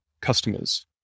customers